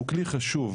שהוא כלי חשוב,